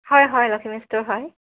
হয় হয় লখিমী ষ্ট'ৰ হয়